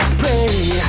pray